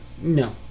No